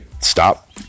stop